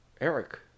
Eric